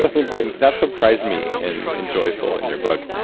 like important. that surprised me in in joyful, in your book.